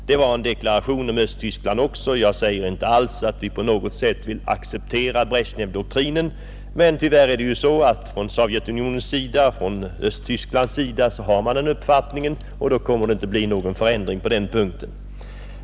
Det var en deklaration även om Östtyskland. Jag säger inte alls att vi på något sätt vill acceptera Bresjnevdoktrinen, men tyvärr har man från Sovjetunionens sida den uppfattningen — och det kommer inte att bli någon förändring på den punkten.